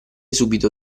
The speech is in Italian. subito